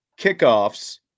kickoffs